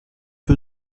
feu